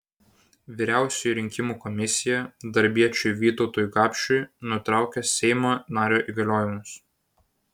vyriausioji rinkimų komisija darbiečiui vytautui gapšiui nutraukė seimo nario įgaliojimus